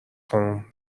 خانم